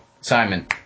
Simon